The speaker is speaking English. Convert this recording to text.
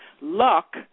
luck